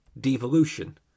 Devolution